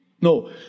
No